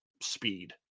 speed